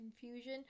confusion